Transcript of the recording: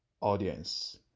audience